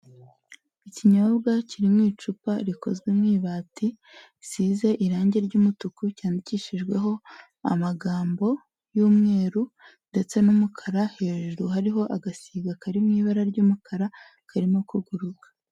Ikinyobwa kiri mu icupa rikozwe mw'ibati risize irangi ry'umutuku cyandikishijweho amagambo y'umweru ndetse n'umukara hejuru hariho agasiga kari mu ibara ry'umukara karimo kuguruka.